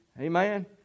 Amen